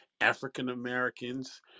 African-Americans